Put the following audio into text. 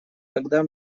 когда